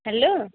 hello